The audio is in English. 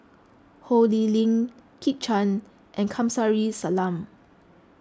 Ho Lee Ling Kit Chan and Kamsari Salam